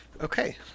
Okay